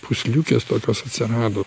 pūsliukės tokios atsirado